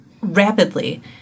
rapidly